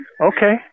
Okay